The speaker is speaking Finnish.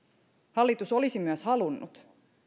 hallitus olisi myös halunnut